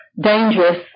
dangerous